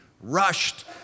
rushed